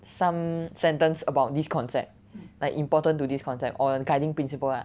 some sentence about this concept like important to this concept or guiding principle lah